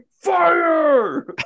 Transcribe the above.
fire